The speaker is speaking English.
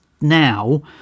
now